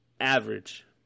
average